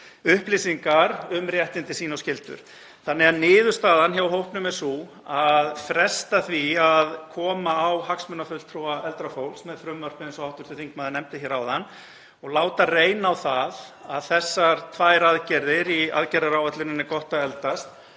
upplýsingar um réttindi sín og skyldur. Þannig að niðurstaðan hjá hópnum er sú að fresta því að koma á hagsmunafulltrúa eldra fólks með frumvarpi, eins og hv. þingmaður nefndi hér áðan, og láta reyna á það að þessar tvær aðgerðir í aðgerðaáætluninni Gott að eldast